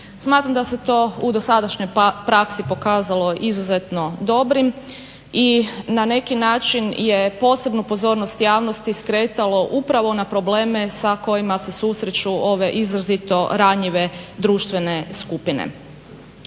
Smatram da se to u dosadašnjoj praksi pokazalo izuzetno dobrim i na neki način je posebnu pozornost javnosti skretalo upravo na probleme sa kojima se susreću ove izrazito ranjive društvene skupine.